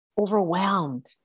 overwhelmed